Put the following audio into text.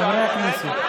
פתאום אין חופש ואין ביטוי.